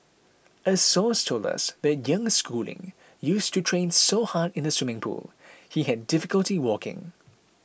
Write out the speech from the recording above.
a source told us that young Schooling used to train so hard in the swimming pool he had difficulty walking